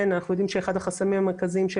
אנחנו יודעים שאחד החסמים המרכזיים של